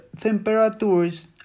temperatures